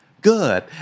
Good